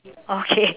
okay